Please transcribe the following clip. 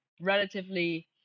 relatively